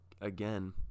again